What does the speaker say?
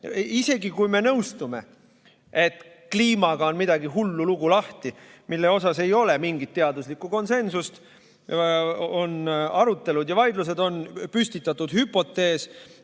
Isegi kui me nõustume, et kliimaga on midagi hullu lahti – selles ei ole mingit teaduslikku konsensust, on arutelud ja vaidlused. On püstitatud hüpotees,